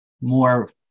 more